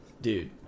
dude